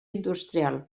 industrial